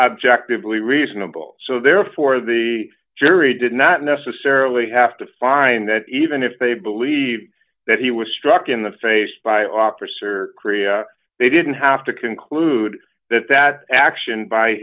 objectively reasonable so therefore the jury did not necessarily have to find that even if they believed that he was struck in the face by officer korea they didn't have to conclude that that action by